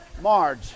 Marge